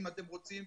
אם אתם רוצים,